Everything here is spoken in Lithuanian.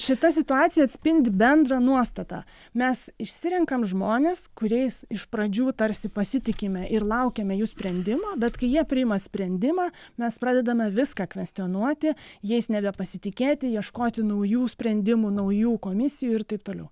šita situacija atspindi bendrą nuostatą mes išsirenkam žmones kuriais iš pradžių tarsi pasitikime ir laukiame jų sprendimo bet kai jie priima sprendimą mes pradedame viską kvestionuoti jais nebepasitikėti ieškoti naujų sprendimų naujų komisijų ir taip toliau